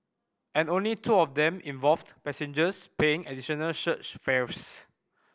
and only two of them involved passengers paying additional surge fares